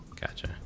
gotcha